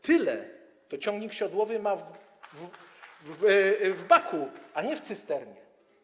Tyle to ciągnik siodłowy ma w baku, a nie w cysternie.